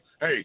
hey